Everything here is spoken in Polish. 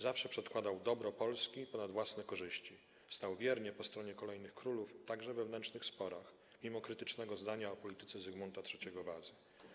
Zawsze przedkładał dobro Polski ponad własne korzyści, stał wiernie po stronie kolejnych królów, także w wewnętrznych sporach, mimo krytycznego zdania o polityce Zygmunta III Wazy.